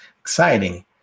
exciting